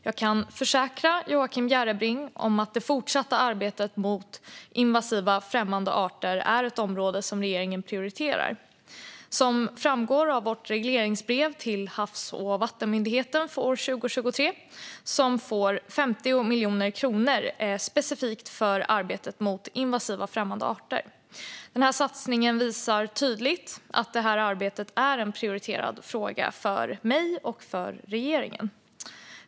Jag kan försäkra Joakim Järrebring om att det fortsatta arbetet mot invasiva främmande arter är ett område som regeringen prioriterar. Som framgår av vårt regleringsbrev till Havs och vattenmyndigheten för år 2023 får 50 miljoner kronor användas specifikt för arbetet mot invasiva främmande arter. Satsningen visar tydligt att arbetet är en prioriterad fråga för mig och för regeringen.